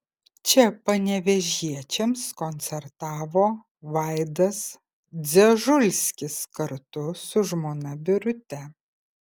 čia panevėžiečiams koncertavo vaidas dzežulskis kartu su žmona birute